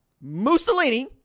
Mussolini